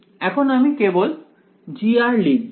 এখন আমি কেবল G লিখব